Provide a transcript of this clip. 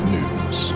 News